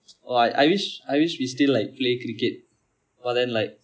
!wah! I I wish I wish we still like play cricket but then like